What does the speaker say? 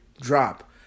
drop